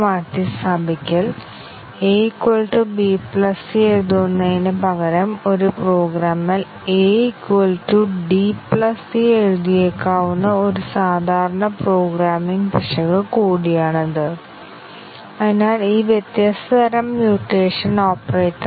ഞങ്ങൾ ടെസ്റ്റ് ഇൻപുട്ടുകളും random test ഇൻപുട്ടുകളും നൽകുന്നു തുടർന്ന് കവറേജ് അളക്കുന്ന ഒരു ഉപകരണം ഞങ്ങളുടെ പക്കലുണ്ട് ആവശ്യമുള്ള കവറേജ് മെട്രിക് നേടുന്നതുവരെ ഞങ്ങൾ ഇൻപുട്ടുകൾ നൽകിക്കൊണ്ടിരിക്കും